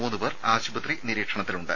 മൂന്ന് പേർ ആശുപത്രി നിരീക്ഷണത്തിലുണ്ട്